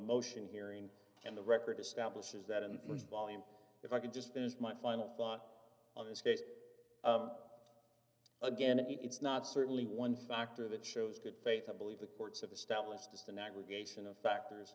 motion hearing and the record establishes that in volume if i could just finish my final thought on this case again it's not certainly one factor that shows good faith i believe the courts have established just an aggregation of factors